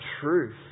truth